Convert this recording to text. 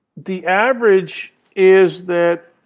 the average is that